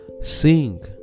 sing